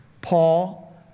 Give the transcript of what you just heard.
Paul